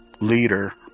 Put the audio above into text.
leader